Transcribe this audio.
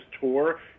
tour